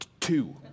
Two